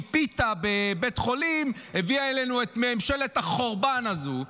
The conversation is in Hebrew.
פיתה בבית חולים היא הביאה עלינו את ממשלת החורבן הזאת.